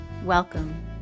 Welcome